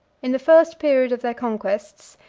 in the first period of their conquests,